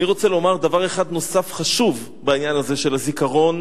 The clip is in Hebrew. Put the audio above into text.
אני רוצה לומר דבר אחד נוסף חשוב בעניין הזה של הזיכרון.